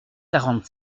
quarante